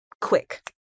quick